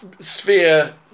sphere